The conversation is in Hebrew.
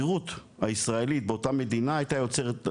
והשגרירות הישראלית באותה מדינה הייתה יוצרת,